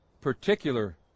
particular